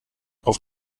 auf